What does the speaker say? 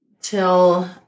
till